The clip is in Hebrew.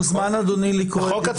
מוזמן אדוני לקרוא את